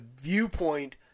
viewpoint